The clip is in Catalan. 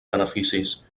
beneficis